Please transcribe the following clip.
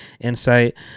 insight